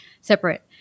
separate